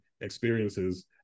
experiences